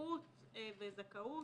זכות וזכאות